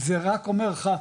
זה רק אומר לך,